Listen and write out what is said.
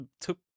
took